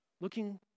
looking